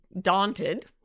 daunted